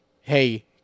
Hey